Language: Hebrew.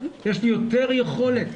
יש לי יותר יכולת,